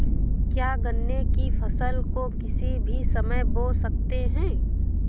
क्या गन्ने की फसल को किसी भी समय बो सकते हैं?